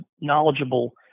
knowledgeable